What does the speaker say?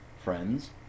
friends